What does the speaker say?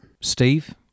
steve